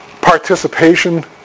Participation